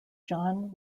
john